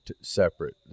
separate